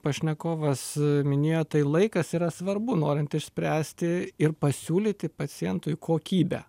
pašnekovas minėjo tai laikas yra svarbu norint išspręsti ir pasiūlyti pacientui kokybę